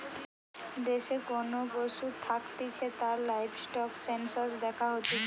দেশে কোন পশু থাকতিছে তার লাইভস্টক সেনসাস দ্যাখা হতিছে